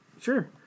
Sure